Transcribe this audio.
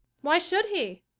why should he?